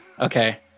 Okay